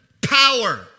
power